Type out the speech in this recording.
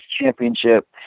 championship